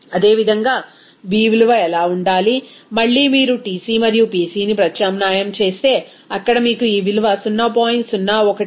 అదేవిధంగా b విలువ ఎలా ఉండాలి మళ్ళీ మీరు Tc మరియు Pcని ప్రత్యామ్నాయం చేస్తే అక్కడ మీకు ఈ విలువ 0